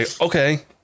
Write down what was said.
okay